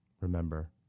Remember